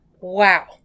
wow